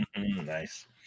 Nice